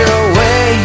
away